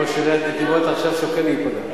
ראש עיריית נתיבות עכשיו שוקל להיפגע,